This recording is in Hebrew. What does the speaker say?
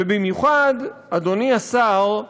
ובמיוחד, אדוני השר,